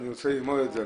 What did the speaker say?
אני רוצה ללמוד את זה,